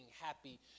happy